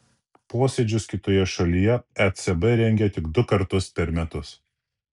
posėdžius kitoje šalyje ecb rengia tik du kartus per metus